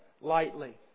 lightly